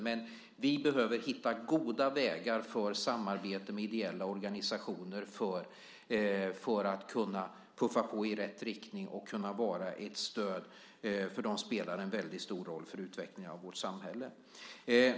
Men vi behöver hitta goda vägar för samarbete med ideella organisationer för att kunna puffa på i rätt riktning och kunna vara ett stöd, för de spelar en väldigt stor roll för utvecklingen av vårt samhälle.